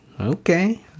Okay